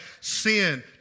sin